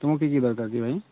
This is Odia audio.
ତୁମକୁ କି କି ଦରକାର କି ଭାଇ